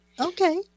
okay